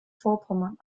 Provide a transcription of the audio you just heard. vorpommern